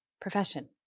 profession